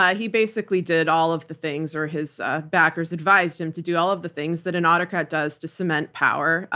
he basically did all of the things, or his backers advised him, to do all of the things that an autocrat does to cement power.